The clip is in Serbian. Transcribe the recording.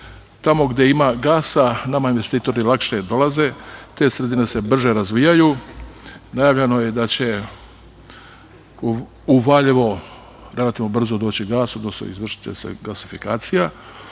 tamo gde ima gasa nama investitori lakše dolaze, te sredine se brže razvijaju. Najavljeno je da će u Valjevo relativno brzo doći gas, odnosno izvršiće se gasifikacija.